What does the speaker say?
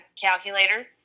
calculator